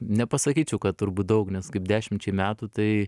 nepasakyčiau kad turbūt daug nes kaip dešimčiai metų tai